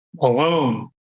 alone